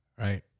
Right